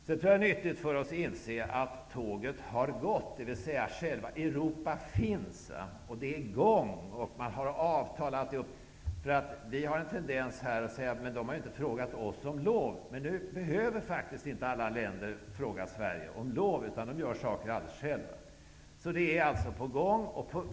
Det är nyttigt för oss att inse att tåget har gått, dvs. att själva Europa finns och att det finns avtal. Vi har en tendens att säga att de inte har frågat oss om lov. Men nu behöver inte alla länder fråga Sverige om lov, utan de gör saker alldeles själva. Det är alltså på gång.